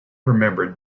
remembered